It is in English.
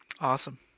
Awesome